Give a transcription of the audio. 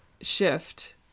shift